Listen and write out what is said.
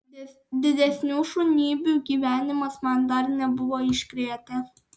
didesnių šunybių gyvenimas man dar nebuvo iškrėtęs